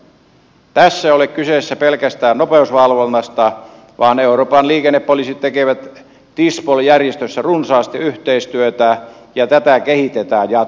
tässä ei ole kyse pelkästään nopeusvalvonnasta vaan euroopan liikennepoliisit tekevät tispol järjestössä runsaasti yhteistyötä ja tätä kehitetään jatkuvasti